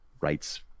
rights